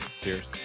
Cheers